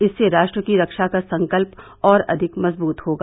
इससे राष्ट्र की रक्षा का संकल्प और अधिक मजबूत होगा